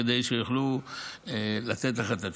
כדי שיוכלו לתת לך את התשובות.